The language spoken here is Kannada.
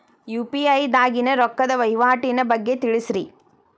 ಯು.ಪಿ.ಐ ದಾಗಿನ ರೊಕ್ಕದ ವಹಿವಾಟಿನ ಬಗ್ಗೆ ತಿಳಸ್ರಿ